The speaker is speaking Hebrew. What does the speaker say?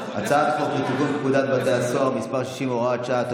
הצעת חוק לתיקון פקודת בתי הסוהר (מס' 60 והוראת שעה),